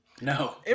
No